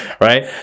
right